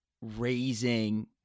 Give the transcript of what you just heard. raising